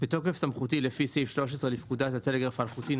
בתוקף סמכותי לפי סעיף 13 לפקודת הטלגרף האלחוטי ,